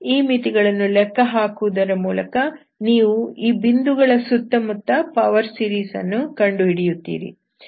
ಈ ಮಿತಿಗಳನ್ನು ಲೆಕ್ಕ ಹಾಕುವುದರ ಮೂಲಕ ನೀವು ಈ ಬಿಂದುಗಳ ಸುತ್ತಮುತ್ತ ಪವರ್ ಸೀರೀಸ್ ಅನ್ನು ಕಂಡುಹಿಡಿಯುತ್ತೀರಿ